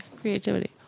creativity